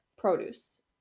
Produce